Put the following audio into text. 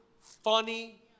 funny